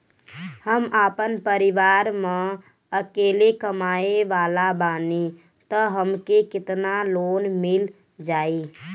हम आपन परिवार म अकेले कमाए वाला बानीं त हमके केतना लोन मिल जाई?